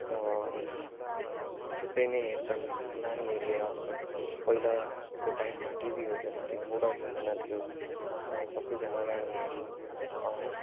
थुप्रै नै हेर्छन् नानीहरूले आजकल पहिलाको टाइममा टिभी हुँदैनथ्यो मोबाइल हुँदैनथ्यो सबैजना नानीहरू